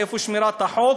איפה שמירת החוק?